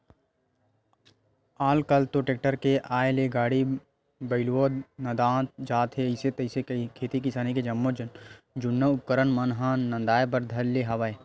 आल कल तो टेक्टर के आय ले गाड़ो बइलवो नंदात जात हे अइसे तइसे खेती किसानी के जम्मो जुन्ना उपकरन मन ह नंदाए बर धर ले हवय